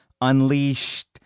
unleashed